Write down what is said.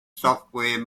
software